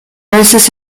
veces